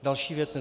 Další věc.